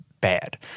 bad